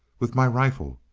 with my rifle.